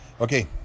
Okay